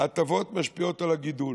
הטבות, ההטבות משפיעות על הגידול.